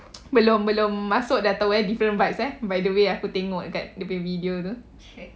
belum belum masuk dah tahu eh different vibes eh by the way aku tengok dia punya video tu